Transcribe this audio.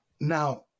Now